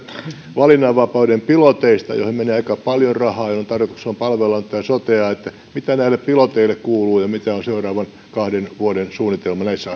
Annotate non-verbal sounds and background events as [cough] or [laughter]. valinnanvapauden piloteista joihin menee aika paljon rahaa ja joiden tarkoitus on palvella tätä sotea mitä näille piloteille kuuluu ja mikä on seuraavan kahden vuoden suunnitelma näissä [unintelligible]